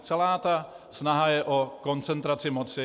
Celá ta snaha je o koncentraci moci.